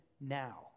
now